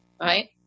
right